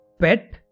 pet